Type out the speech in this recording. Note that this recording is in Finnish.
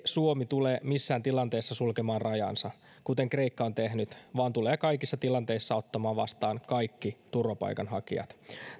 suomi tule missään tilanteessa sulkemaan rajaansa kuten kreikka on nyt tehnyt vaan tulee kaikissa tilanteissa ottamaan vastaan kaikki turvapaikanhakijat